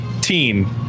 Teen